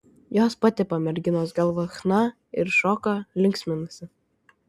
jos patepa merginos galvą chna ir šoka linksminasi